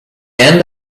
end